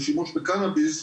ושימוש בקנביס,